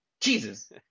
Jesus